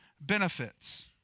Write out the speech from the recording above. benefits